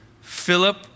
Philip